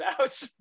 out